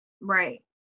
Right